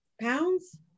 pounds